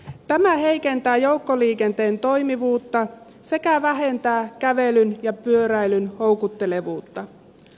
tämä heikentää joukkoliikenteen toimivuutta sekä vähentää kävelyn ja pyöräilyn houkuttelevuutta